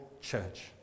church